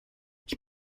ich